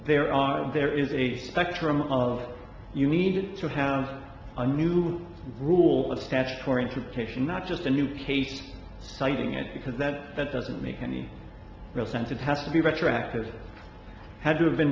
there are there is a spectrum of you need to have a new rule of statutory interpretation not just a new case citing it because that doesn't make any real sense it has to be retroactive had to have been